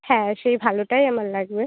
হ্যাঁ সেই ভালোটাই আমার লাগবে